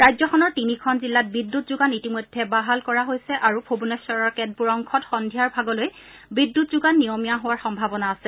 ৰাজ্যখনৰ তিনিখন জিলাত বিদ্যুৎ যোগান ইতিমধ্যে বাহাল কৰা হৈছে আৰু ভুবনেশ্বৰৰ কেতবোৰ অংশত সদ্ধিয়াৰ ভাগলৈ বিদ্যুৎ যোগান নিয়মীয়া হোৱাৰ সম্ভাৱনা আছে